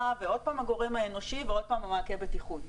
ועוד פעם הגורם האנושי ועוד פעם מעקה הבטיחות.